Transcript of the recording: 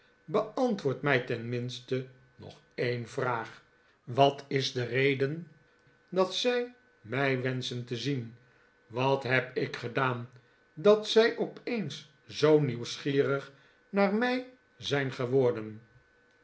beantwoord mij tenminste nog een vraag wat is de reden dat zij mij wenschen te zien wat heb ik gedaan dat zij opeens zoo nieuwsgierig naar mij zijn geworden